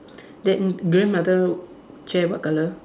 that grandmother chair what colour